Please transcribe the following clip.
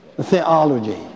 theology